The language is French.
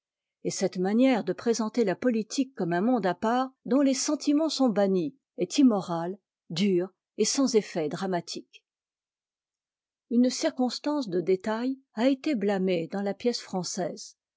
et cette manière de présenter la politique comme un monde à part dont les sentiments sont bannis est immorale dure et sans effet dramatique une circonstance de détail a été marnée dans la pièce française